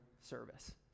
service